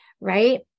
Right